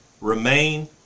remain